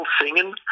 singing